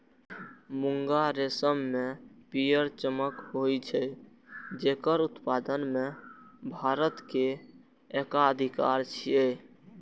मूंगा रेशम मे पीयर चमक होइ छै, जेकर उत्पादन मे भारत के एकाधिकार छै